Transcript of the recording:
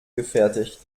gefertigt